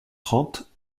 trente